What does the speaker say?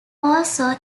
also